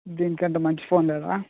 దీనికంటే మంచి ఫోను లేదా